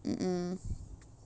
mm